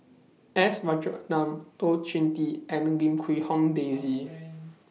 S Rajaratnam Tan Choh Tee and Lim Quee Hong Daisy